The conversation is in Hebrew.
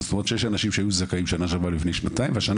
זאת אומרת יש אנשים שהיו זכאים לפני שנה ולפני שנתיים והשנה